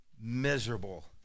miserable